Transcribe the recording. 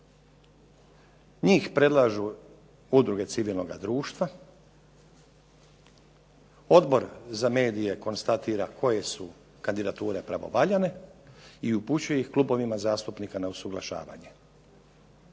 Njih predlažu udruge civilnoga društva, Odbor za medije konstatira koje su kandidature pravovaljane i upućuje ih klubovima zastupnika na usuglašavanje.